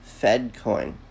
FedCoin